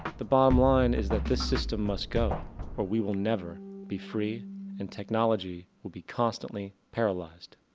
the bottom line is that this system must go or we will never be free and technology will be constantly paralyzed.